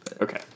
Okay